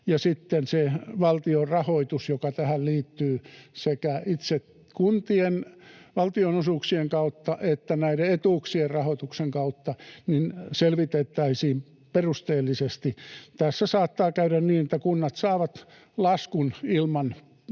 sitten se valtion rahoitus, joka tähän liittyy sekä itse kuntien valtionosuuksien kautta että näiden etuuksien rahoituksen kautta, ja selvitettäisiin perusteellisesti. Tässä saattaa käydä niin, että kunnat saavat laskun ilman